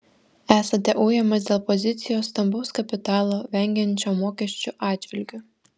esate ujamas dėl pozicijos stambaus kapitalo vengiančio mokesčių atžvilgiu